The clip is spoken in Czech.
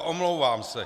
Omlouvám se.